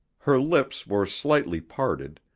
her lips were slightly parted,